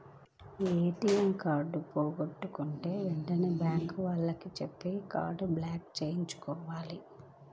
ATM card పోగొట్టుకుంటే వెంటనే bank వాళ్లకి చెప్పి కార్డుని బ్లాక్ చేయించుకోవాలి